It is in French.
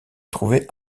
trouvait